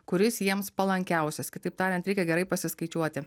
kuris jiems palankiausias kitaip tariant reikia gerai pasiskaičiuoti